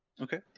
Okay